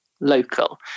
local